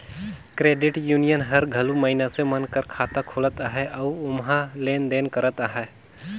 credit union हर घलो मइनसे मन कर खाता खोलत अहे अउ ओम्हां लेन देन करत अहे